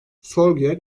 sorguya